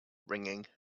ringing